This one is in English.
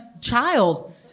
child